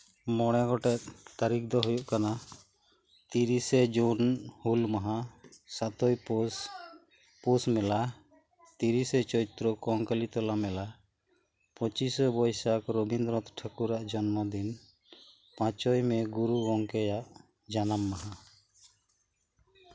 ᱢᱚᱲᱮ ᱜᱚᱴᱮᱡ ᱛᱟᱹᱨᱤᱠᱷ ᱫᱚ ᱦᱩᱭᱩᱜ ᱠᱟᱱᱟ ᱛᱤᱨᱤᱥᱮ ᱡᱩᱱ ᱦᱩᱞ ᱢᱟᱦᱟ ᱥᱟᱛᱳᱭ ᱯᱳᱥ ᱯᱳᱥ ᱢᱮᱞᱟ ᱛᱤᱨᱤᱥᱮ ᱪᱳᱛᱨᱚ ᱠᱚᱝᱠᱟᱞᱤᱛᱚᱞᱟ ᱢᱮᱞᱟ ᱯᱚᱸᱪᱤᱥᱮ ᱵᱳᱭᱥᱟᱠᱷ ᱨᱚᱵᱤᱱᱫᱚᱨᱚᱱᱟᱛᱷ ᱴᱷᱟᱹᱠᱩᱨ ᱟᱜ ᱡᱚᱱᱢᱚᱫᱤᱱ ᱯᱟᱸᱪᱚᱭ ᱢᱮ ᱜᱩᱨᱩ ᱜᱚᱢᱠᱮᱭᱟᱜ ᱡᱟᱱᱟᱢ ᱢᱟᱦᱟ